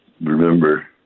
remember